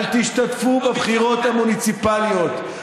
אבל תשתתפו בבחירות המוניציפליות.